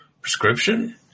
prescription